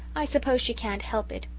i suppose she can't help it.